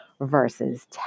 versus